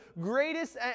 greatest